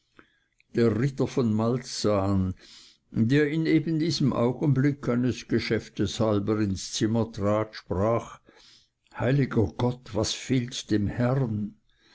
der ritter von malzahn der in ebendiesem augenblick eines geschäfts halber ins zimmer trat sprach heiliger gott was fehlt dem herrn